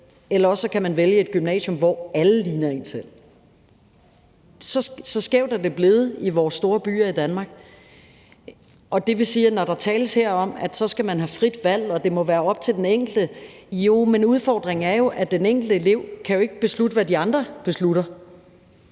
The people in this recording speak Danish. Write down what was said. eller også kan man vælge et gymnasium, hvor alle ligner en selv. Så skævt er det blevet i vores store byer i Danmark, og det vil sige, at når der her tales om, at man så skal man have frit valg, og at det må være op til den enkelte, er udfordringen jo, at den enkelte elev ikke kan beslutte, hvad de andre beslutter,